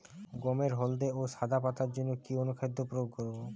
গমের হলদে ও সাদা পাতার জন্য কি অনুখাদ্য প্রয়োগ করব?